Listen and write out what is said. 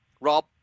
rob